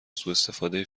سوءاستفاده